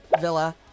villa